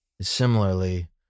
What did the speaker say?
Similarly